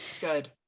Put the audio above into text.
Good